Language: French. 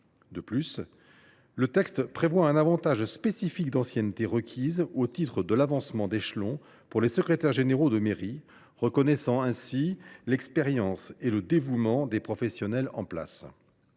De plus, le texte prévoit un avantage spécifique d’ancienneté requise au titre de l’avancement d’échelon pour les secrétaires généraux de mairie, reconnaissant ainsi l’expérience et le dévouement des professionnels en place.